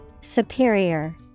Superior